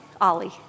Ollie